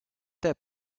that